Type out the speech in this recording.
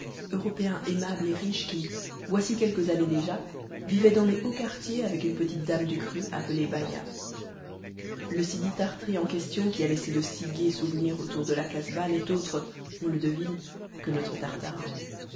européen aimable et riche qui voici quelques années déjà vivait dans les hauts quartiers avec une petite dame du cru appelée baïa page le sidi tart'ri en question qui a laissé de si gais souvenirs autour de la casbah n'est autre on le devine que notre tartarin